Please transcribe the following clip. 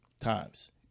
times